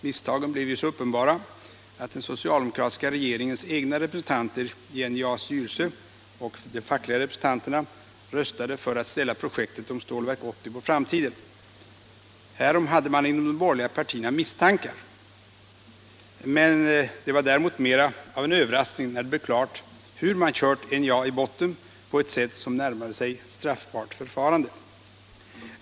Misstagen blev ju så uppenbara att den socialdemokratiska regeringens egna representanter i NJA:s styrelse och de fackliga representanterna röstade för att ställa projektet om Stålverk 80 på framtiden. Härom hade man inom de borgerliga partierna misstankar. Det var däremot mera av en överraskning när det blev klart hur man kört NJA i botten på ett sätt som närmade sig straffbart förfarande.